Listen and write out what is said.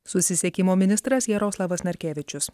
susisiekimo ministras jaroslavas narkevičius